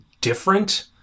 different